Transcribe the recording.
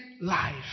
life